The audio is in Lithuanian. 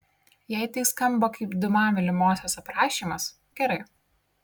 jei tai skamba kaip diuma mylimosios aprašymas gerai